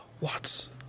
Lots